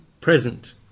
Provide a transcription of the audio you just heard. present